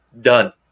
done